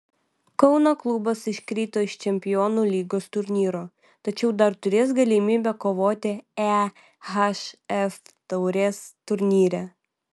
kauno klubas iškrito iš čempionų lygos turnyro tačiau dar turės galimybę kovoti ehf taurės turnyre